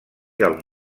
del